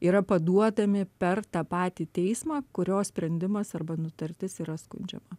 yra paduodami per tą patį teismą kurio sprendimas arba nutartis yra skundžiama